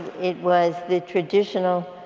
it was the traditional